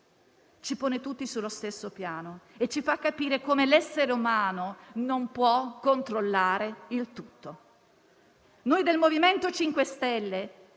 ci pone tutti sullo stesso piano e ci fa capire come l'essere umano non può controllare tutto. Noi del MoVimento 5 Stelle